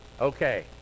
okay